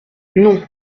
non